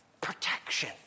Protection